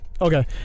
Okay